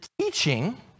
teaching